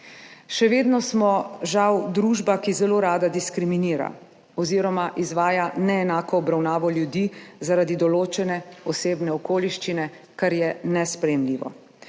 Še vedno smo, žal, družba, ki zelo rada diskriminira oziroma izvaja neenako obravnavo ljudi zaradi določene osebne okoliščine, kar je nesprejemljivo.